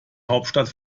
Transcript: hauptstadt